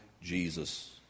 Jesus